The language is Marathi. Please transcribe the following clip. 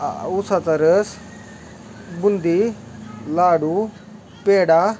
आ ऊसाचा रस बुंदी लाडू पेढा